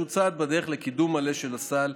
שהוא צעד בדרך לקידום מלא של הסל,